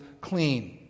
clean